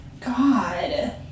God